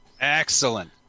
Excellent